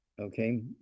okay